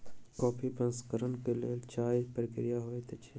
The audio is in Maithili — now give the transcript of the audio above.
कॉफ़ी प्रसंस्करण के लेल चाइर प्रक्रिया होइत अछि